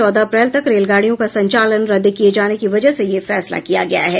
चौदह अप्रैल तक रेलगाडियों का संचालन रद्द किए जाने की वजह से यह फैसला किया गया है